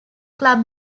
club